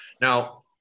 Now